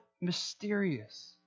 mysterious